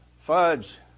fudge